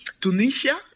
Tunisia